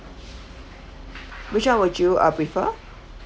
which one would you uh prefer